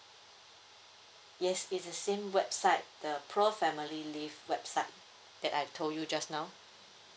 yes it's the same website the profamily leave website that I've told you just now